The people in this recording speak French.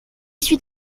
suis